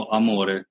amore